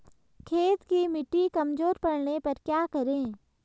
खेत की मिटी कमजोर पड़ने पर क्या करें?